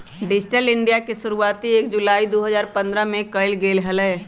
digital India के शुरुआती एक जुलाई दु हजार पन्द्रह के कइल गैले हलय